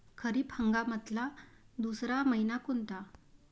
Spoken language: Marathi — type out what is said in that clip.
खरीप हंगामातला दुसरा मइना कोनता?